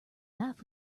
knife